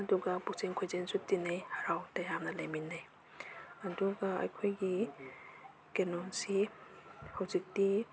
ꯑꯗꯨꯒ ꯄꯨꯛꯆꯦꯟ ꯈꯣꯏꯖꯦꯟꯁꯨ ꯇꯤꯟꯅꯩ ꯍꯔꯥꯎ ꯇꯌꯥꯝꯅ ꯂꯩꯃꯤꯟꯅꯩ ꯑꯗꯨꯒ ꯑꯩꯈꯣꯏꯒꯤ ꯀꯩꯅꯣꯁꯤ ꯍꯨꯖꯤꯛꯇꯤ